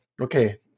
okay